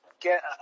get